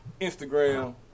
Instagram